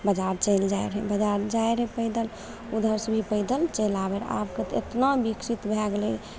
बजार चलि जाइ रहय बजार जाइ रहय पैदल उधरसँ भी पैदल चलि आबय रहय आब तऽ इतना विकसित भए गेलय